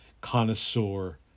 connoisseur